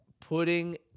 putting